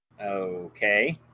Okay